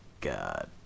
God